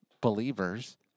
believers